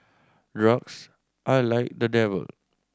drugs are like the devil